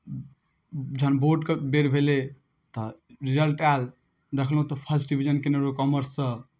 जखन बोर्डके बेर भेलै तऽ रिजल्ट आयल देखलहुँ तऽ फर्स्ट डिविजन कयने रहौँ कॉमर्ससँ